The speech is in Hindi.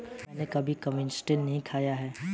मैंने कभी कनिस्टेल नहीं खाया है